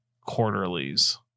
quarterlies